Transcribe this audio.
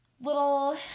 little